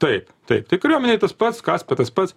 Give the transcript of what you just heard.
taip taip tai kariuomenėj tas pats kaspė tas pats